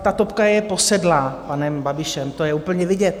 Ta TOPka je posedlá panem Babišem, to je úplně vidět.